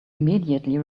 immediately